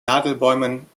nadelbäumen